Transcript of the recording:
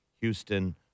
Houston